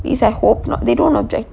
least I hope not they don't object